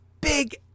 big